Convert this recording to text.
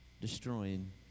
destroying